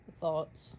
thoughts